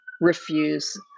refuse